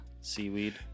seaweed